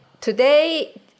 Today